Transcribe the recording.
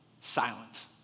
silent